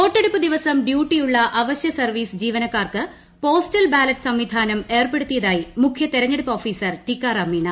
വോട്ടെടുപ്പ് ദിവസം ഡ്യൂട്ടിയുള്ള് അവശ്യ സർവീസ് ജീവനക്കാർക്ക് പോസ്റ്റൽ ബാലിറ്റ് സംവിധാനം ഏർപ്പെടുത്തിയതായി മുഖ്യ തിരഞ്ഞെടുപ്പ് ഓഫീസർ ടീക്കാറാം മീണ